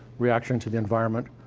reaction to the environment.